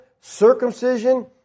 circumcision